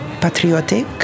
patriotic